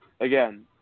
again